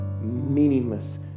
meaningless